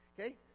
Okay